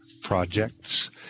projects